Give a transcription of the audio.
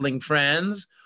Friends